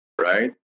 Right